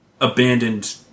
abandoned